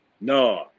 No